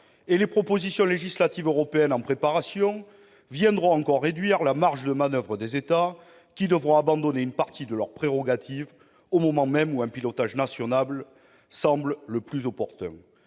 et les propositions législatives européennes en préparation viendront encore réduire la marge de manoeuvre des États. Ces derniers devront abandonner une partie de leurs prérogatives au moment même où le pilotage national semble le plus opportun.